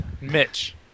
mitch